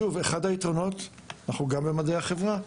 שוב, אחד היתרונות שאנחנו גם במדעי החברה.